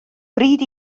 bryd